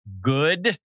good